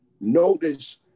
Notice